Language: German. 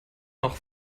auch